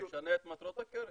הוא משנה את מטרות הקרן.